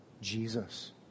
Jesus